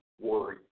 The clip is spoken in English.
worry